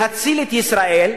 להציל את ישראל.